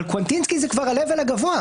אבל קוונטינסקי זה כבר הלבל הגבוה.